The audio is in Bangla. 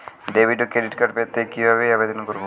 ডেবিট বা ক্রেডিট কার্ড পেতে কি ভাবে আবেদন করব?